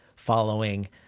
following